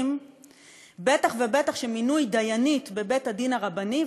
בטח ובטח שמינוי דיינית בבית-הדין הרבני,